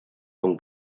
con